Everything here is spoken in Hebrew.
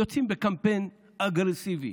יוצאים בקמפיין אגרסיבי,